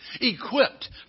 equipped